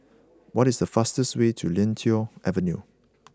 what is the fastest way to Lentor Avenue